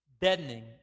deadening